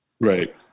right